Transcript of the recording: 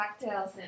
cocktails